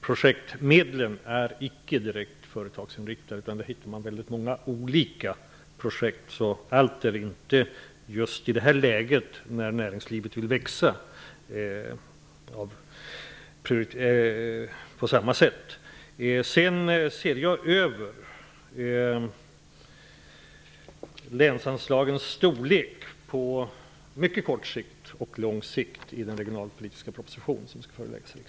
Projektmedlen är inte direkt företagsinriktade, utan man hittar många olika projekt, speciellt i detta läge när näringslivet vill växa. I den regionalpolitiska propositionen som skall föreläggas riksdagen kommer jag att se över länsanslagens storlek både på mycket kort och på lång sikt.